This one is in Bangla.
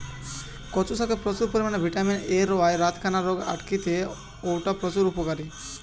কচু শাকে প্রচুর পরিমাণে ভিটামিন এ রয়ায় রাতকানা রোগ আটকিতে অউটা প্রচুর উপকারী